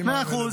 בהתאמה.